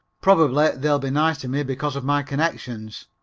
probably they'll be nice to me because of my connections.